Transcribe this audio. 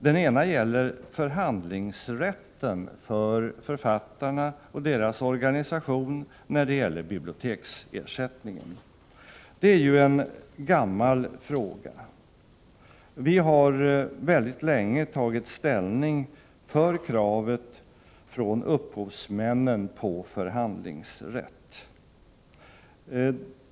Den ena gäller förhandlingsrätten för författarna och deras organisation i fråga om biblioteksersättningen. Det är ju en gammal fråga. Vi har mycket länge tagit ställning för kravet från upphovsmännen på förhandlingsrätt.